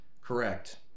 Correct